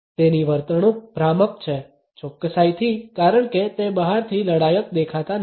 3001 તેની વર્તણૂક ભ્રામક છે ચોક્કસાઇથી કારણ કે તે બહારથી લડાયક દેખાતા નથી